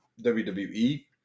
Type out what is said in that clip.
WWE